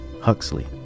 Huxley